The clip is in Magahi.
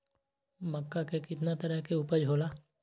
मक्का के कितना तरह के उपज हो ला?